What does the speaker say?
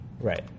Right